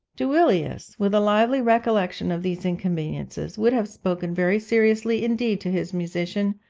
duilius, with a lively recollection of these inconveniences, would have spoken very seriously indeed to his musician,